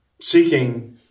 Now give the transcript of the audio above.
seeking